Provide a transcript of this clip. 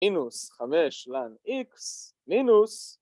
‫מינוס חמש לנ-איקס, מינוס...